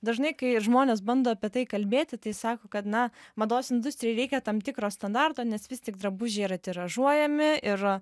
dažnai kai žmonės bando apie tai kalbėti tai sako kad na mados industrijai reikia tam tikro standarto nes vis tik drabužiai yra tiražuojami ir